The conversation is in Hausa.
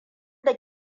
da